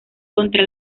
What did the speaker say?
contra